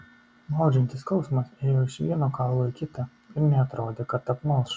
maudžiantis skausmas ėjo iš vieno kaulo į kitą ir neatrodė kad apmalš